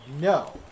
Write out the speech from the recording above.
no